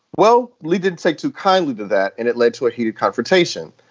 well, leigh didn't take too kindly to that, and it led to a heated confrontation.